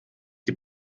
die